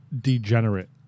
degenerate